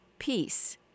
Peace